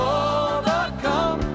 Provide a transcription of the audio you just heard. overcome